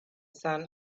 sun